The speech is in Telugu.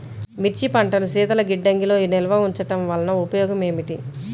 మిర్చి పంటను శీతల గిడ్డంగిలో నిల్వ ఉంచటం వలన ఉపయోగం ఏమిటి?